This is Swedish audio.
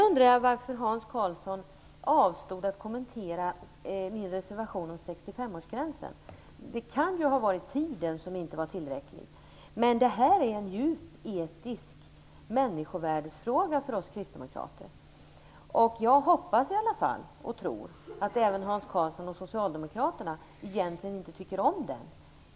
Varför avstod Hans Karlsson från att kommentera min reservation om 65-årsgränsen? Tiden räckte kanske inte till. Det här är en djupt etisk människovärdesfråga för oss kristdemokrater. Jag hoppas, och tror, att även Hans Karlsson och Socialdemokraterna egentligen inte tycker om den här åldersgränsen.